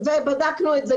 היא נמוכה.